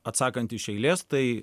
atsakant iš eilės tai